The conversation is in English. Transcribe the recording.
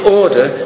order